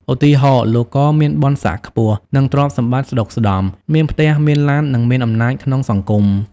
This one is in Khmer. ឧទាហរណ៍ លោក ក មានបុណ្យស័ក្តិខ្ពស់ និងទ្រព្យសម្បត្តិស្តុកស្ដម្ភ មានផ្ទះ មានឡាន និងមានអំណាចក្នុងសង្គម។